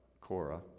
Cora